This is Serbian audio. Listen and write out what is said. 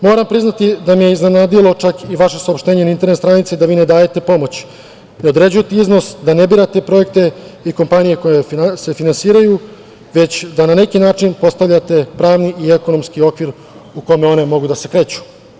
Moram priznati da me je iznenadilo čak i vaše saopštenje na internet stranici, da vi ne dajete pomoć, ne određujete iznos, da ne birate projekte i kompanije koje se finansiraju, već da na neki način postavljate pravni i ekonomski okvir u kome one mogu da se kreću.